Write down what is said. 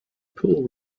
pull